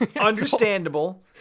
Understandable